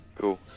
Cool